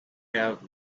have